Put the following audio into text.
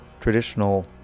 traditional